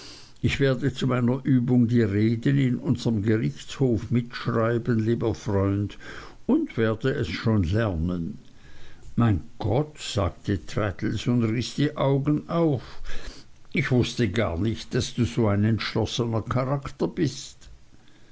ich werde zu meiner übung die reden in unserm gerichtshof mitschreiben lieber freund und werde es schon lernen mein gott sagte traddles und riß die augen auf ich wußte gar nicht daß du so ein entschlossener charakter bist